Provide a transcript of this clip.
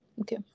Okay